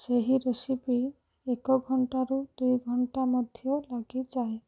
ସେହି ରେସିପି ଏକ ଘଣ୍ଟାରୁ ଦୁଇଘଣ୍ଟା ମଧ୍ୟ ଲାଗିଯାଏ